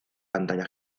pantalla